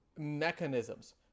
mechanisms